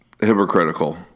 hypocritical